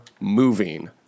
moving